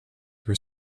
were